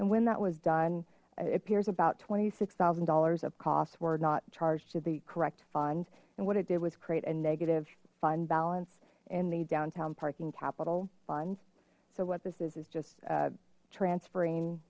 and when that was done appears about twenty six thousand dollars of costs were not charged to the correct fund and what it did was create a negative fund balance in the downtown parking capital fund so what this is is just transferring